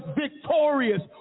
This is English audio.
victorious